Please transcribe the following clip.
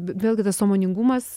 vėlgi tas sąmoningumas